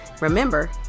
Remember